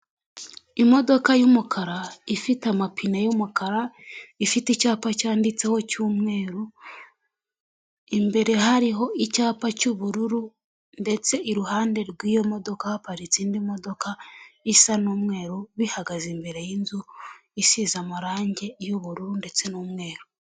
Imodoka y'umukara ifite amapine y’umukara, ifite icyapa cyanditseho cy'umweru, imbere hariho icyapa cy'ubururu ndetse iruhande rw'iyo modoka haparitse izindi modoka xisa n'umweru, bihagaze imbere y'inzu isize amarangi y'ubururu ndetse n'umweru.